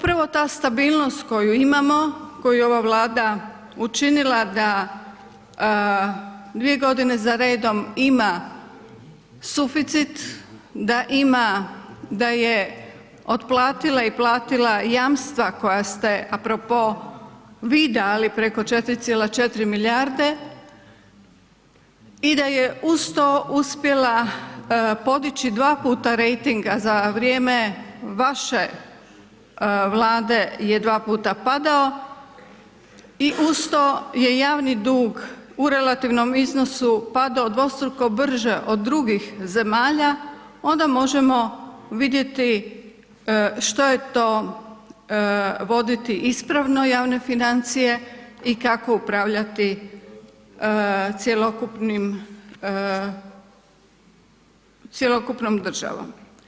Prema tome, upravo ta stabilnost koju imamo, koju je ova Vlada učinila da dvije godine za redom da ima suficit, da ima, da je otplatila i platila jamstva koja ste apro po vi dali preko 4,4 milijarde i da je uz to uspjela podići dva puta rejting, a za vrijeme vaše Vlade je dva puta padao i uz to je javni dug u relativnom iznosu padao dvostruko brže od drugih zemalja, onda možemo vidjeti što je to voditi ispravno javne financije i kako upravljati cjelokupnom državom.